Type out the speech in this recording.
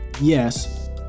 Yes